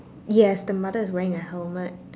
yes the mother is wearing a helmet